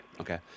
Okay